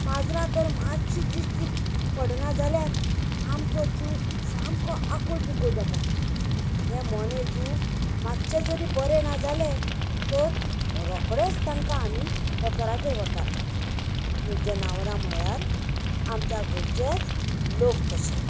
माजरां तर मातशीं दिश्टी पडना जाल्यार आमचो जीव सामको आकूळ पिकूळ जाता हे मोने जीव मातशी जरी बरे ना जाले तर रोकडेंच तांकां आमी दोतोरागेर व्हरतात हीं जनावरां म्हळ्यार आमच्या घरचेच लोक कशे